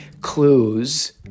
clues